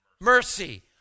mercy